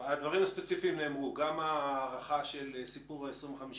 יש פה עסקים שקורסים בגלל ההתנהלות שלכם,